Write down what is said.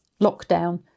lockdown